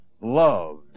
loved